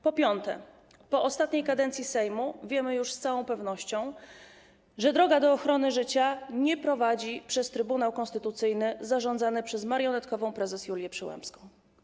Po piąte, po ostatniej kadencji Sejmu wiemy już z całą pewnością, że droga do ochrony życia nie prowadzi przez Trybunał Konstytucyjny zarządzany przez marionetkową prezes Julię Przyłębską.